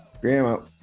Grandma